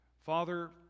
Father